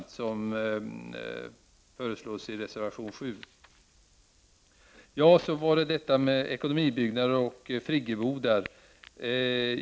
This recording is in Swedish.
Det är det som föreslås i reservation 7. Så till frågan om ekonomibyggnader och friggebodar.